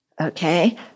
Okay